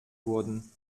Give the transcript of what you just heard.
wurden